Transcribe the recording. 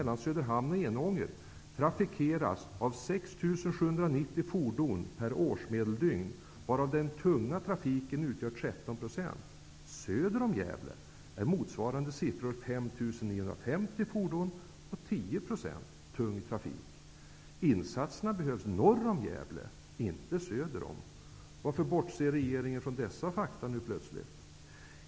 Insatserna behövs norr om Gävle, inte söder därom! Varför bortser regeringen så plötsligt från dessa fakta?